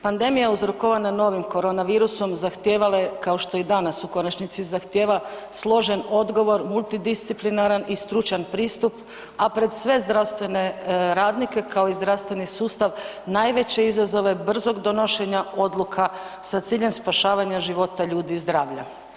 Pandemija uzrokovana novim korona virusom zahtijevala je kao što i danas u konačnici zahtijeva složen odgovor, multidisciplinaran i stručan pristupa, a pred sve zdravstvene radnike kao i zdravstveni sustav najveće izazove brzog donošenja odluka sa ciljem spašavanja života ljudi i zdravlja.